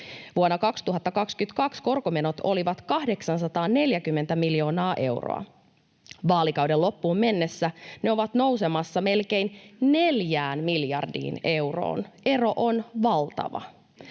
Vuonna 2022 korkomenot olivat 840 miljoonaa euroa. Vaalikauden loppuun mennessä ne ovat nousemassa melkein 4 miljardiin euroon. Ero on valtava.